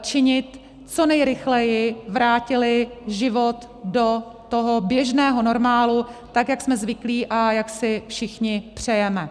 činit, co nejrychleji vrátili život do toho běžného normálu, tak jak jsme zvyklí a jak si všichni přejeme.